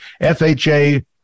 FHA